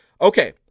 Okay